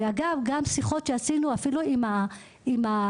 עשינו גם פגישה עם התעשייה,